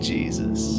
Jesus